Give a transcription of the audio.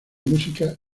música